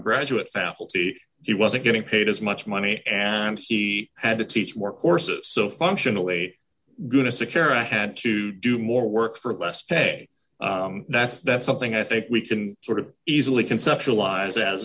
graduates found guilty he wasn't getting paid as much money and he had to teach more courses so functional a good as a carer had to do more work for less pay that's that's something i think we can sort of easily conceptualize as